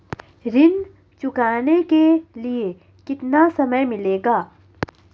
ऋण चुकाने के लिए कितना समय मिलेगा?